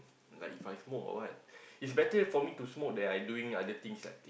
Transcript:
like If I smoke or what it's better for me to smoke than I doing other things like take